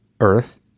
Earth